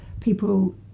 people